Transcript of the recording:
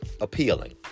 appealing